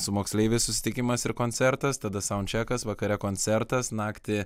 su moksleiviais susitikimas ir koncertas tada saundčekas vakare koncertas naktį